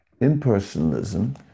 impersonalism